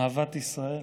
אהבת ישראל,